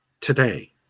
today